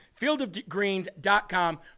fieldofgreens.com